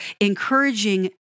encouraging